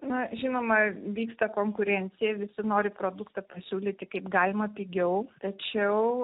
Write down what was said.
na žinoma vyksta konkurencija visi nori produktą pasiūlyti kaip galima pigiau tačiau